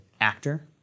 actor